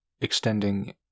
Extending